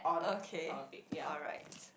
okay alright